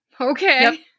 okay